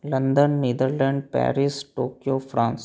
London Netherlands Paris Tokyo France